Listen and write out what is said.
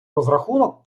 розрахунок